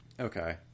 Okay